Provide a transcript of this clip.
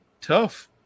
tough